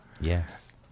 Yes